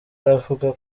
aravuga